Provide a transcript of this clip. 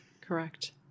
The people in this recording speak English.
Correct